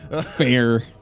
Fair